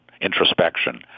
introspection